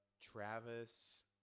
travis